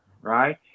right